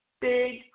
big